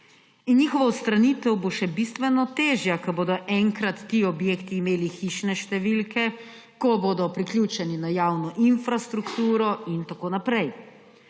njihova odstranitev bo še bistveno težja, ko bodo enkrat ti objekti imeli hišne številke, ko bodo priključeni na javno infrastrukturo in tako naprej.